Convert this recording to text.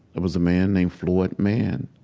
there was a man named floyd mann.